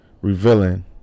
revealing